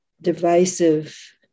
divisive